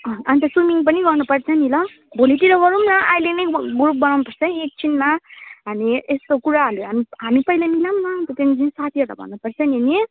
अन्त स्विमिङ पनि गर्नुपर्छ नि ल भोलितिर गरौँ न अहिले नै गु ग्रुप बनाउनुपर्छ है एकछिनमा हामी यस्तो कुराहरूले हामी हामी पनि मिलाऊँ न अन्त त्यहाँदेखि साथीहरूलाई भन्नुपर्छ नि नि